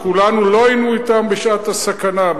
כולנו לא היינו אתם בשעת הסכנה,